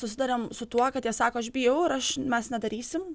susiduriam su tuo kad jie sako aš bijau ir aš mes nedarysim